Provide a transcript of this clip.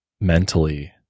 mentally